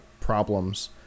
problems